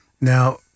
now